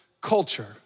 culture